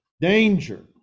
Danger